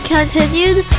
Continued